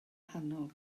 nghanol